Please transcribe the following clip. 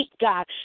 God